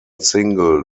single